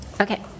Okay